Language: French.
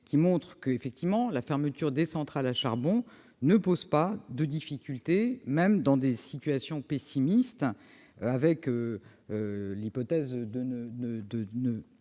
montre que la fermeture des centrales à charbon ne pose pas de difficultés, même dans des scénarios pessimistes, dans l'hypothèse d'une